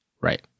Right